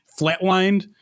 flatlined